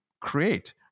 create